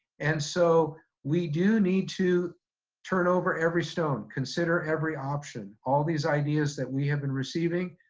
and so, we do need to turn over every stone, consider every option, all these ideas that we have been receiving,